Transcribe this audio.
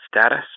status